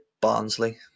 Barnsley